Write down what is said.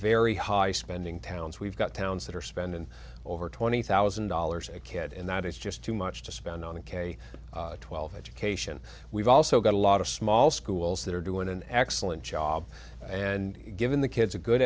very high spend towns we've got towns that are spending over twenty thousand dollars a kid and that is just too much to spend on k twelve education we've also got a lot of small schools that are doing an excellent job and given the kids a good